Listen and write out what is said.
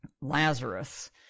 Lazarus